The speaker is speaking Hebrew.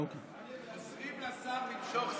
הם עוזרים לשר למשוך זמן,